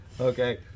okay